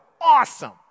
Awesome